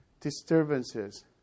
disturbances